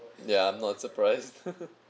ya I'm not surprised